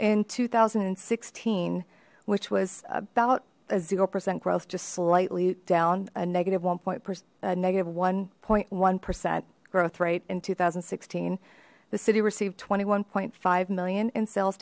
in two thousand and sixteen which was about a zero percent growth just slightly down a negative one point negative one point one percent growth rate in two thousand and sixteen the city received twenty one point five million in sales